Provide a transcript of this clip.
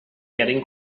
getting